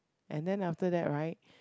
and then after that right